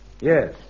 Yes